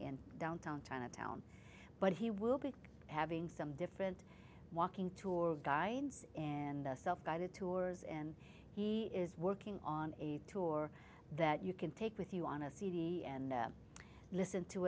in downtown atlanta town but he will be having some different walking tour guides and self guided tours and he is working on a tour that you can take with you on a cd and listen to